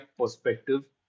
perspective